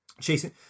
chasing